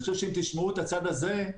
אם תשמעו את הצד הזה,